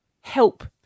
help